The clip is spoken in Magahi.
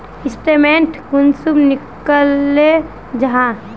स्टेटमेंट कुंसम निकले जाहा?